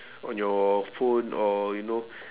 on your phone or you know